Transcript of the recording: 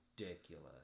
ridiculous